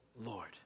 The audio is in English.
Lord